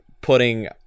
putting